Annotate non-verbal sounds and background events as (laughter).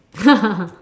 (laughs)